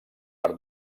per